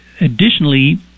additionally